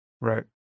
Right